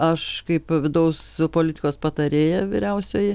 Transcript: aš kaip vidaus politikos patarėja vyriausioji